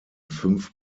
fünf